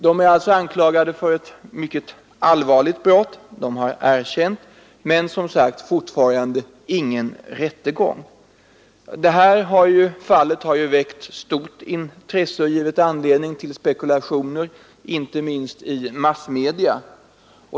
De är alltså anklagade för ett mycket allvarligt brott, som också har erkänts, men fortfarande har ingen rättegång inletts. Det här fallet har väckt stort intresse och givit anledning till spekulationer, inte minst i massmedia.